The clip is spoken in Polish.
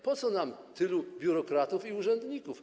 Po co nam tylu biurokratów i urzędników?